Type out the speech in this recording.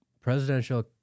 presidential